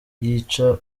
yica